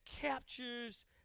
captures